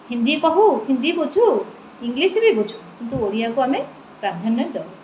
ହିନ୍ଦୀ କହୁ ହିନ୍ଦୀ ବୁଝୁ ଇଂଗ୍ଲିଶ୍ ବି ବୁଝୁ କିନ୍ତୁ ଓଡ଼ିଆକୁ ଆମେ ପ୍ରାଧାନ୍ୟ ଦେଉ